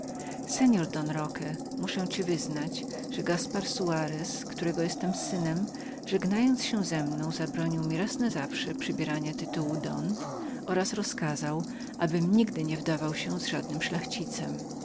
seor don roque muszę ci wyznać że gaspar soarez którego jestem synem żegnając się ze mną zabronił mi raz na zawsze przybierania tytułu don oraz rozkazał abym nigdy nie wdawał się z żadnym